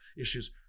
issues